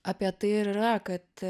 apie tai ir yra kad